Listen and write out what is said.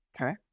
Okay